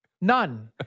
None